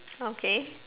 okay